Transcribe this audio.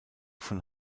von